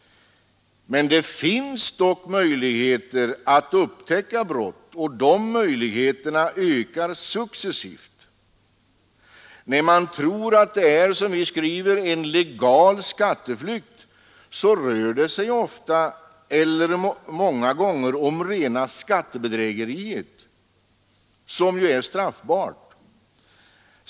Men det finns möjligheter att upptäcka brott, och de möjligheterna ökar successivt. Det som i debatteh betecknats som ”legal skatteflykt” har, som vi skriver i betänkandet, varit rena skattebedrägeriet, som är straffbart.